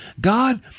God